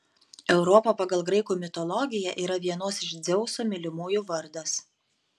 europa pagal graikų mitologiją yra vienos iš dzeuso mylimųjų vardas